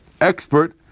expert